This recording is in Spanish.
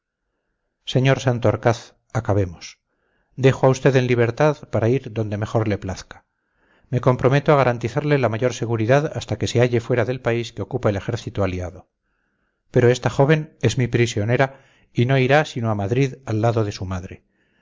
sr santorcaz acabemos dejo a usted en libertad para ir a donde mejor le plazca me comprometo a garantizarle la mayor seguridad hasta que se halle fuera del país que ocupa el ejército aliado pero esta joven es mi prisionera y no irá sino a madrid al lado de su madre